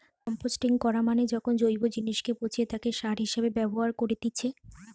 composting করা মানে যখন জৈব জিনিসকে পচিয়ে তাকে সার হিসেবে ব্যবহার করেতিছে